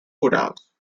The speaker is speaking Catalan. corals